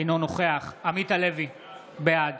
אינו נוכח עמית הלוי, בעד